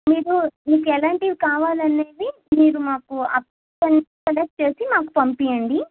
మీరు మీకు ఎలాంటివి కావాలనేవి మీరు మాకు అప్డేట్ చేసి మాకు పంపీయండి